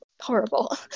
horrible